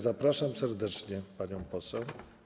Zapraszam serdecznie panią poseł.